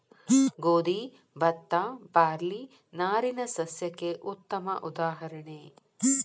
ಗೋದಿ ಬತ್ತಾ ಬಾರ್ಲಿ ನಾರಿನ ಸಸ್ಯಕ್ಕೆ ಉತ್ತಮ ಉದಾಹರಣೆ